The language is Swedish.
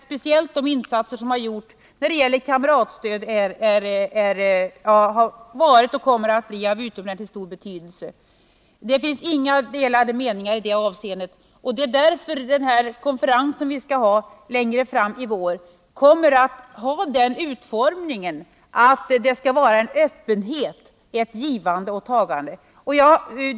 Speciellt de insatser som har gjorts när det gäller kamratstöd har varit och kommer att bli av utomordentligt stor betydelse. Det råder inga delade meningar mellan oss i det avseendet. Det är därför som den här konferensen längre fram i vår skall präglas av öppenhet, det skall vara ett givande och ett tagande.